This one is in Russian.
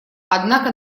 однако